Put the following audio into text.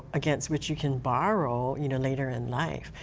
against which you can borrow you know later in life.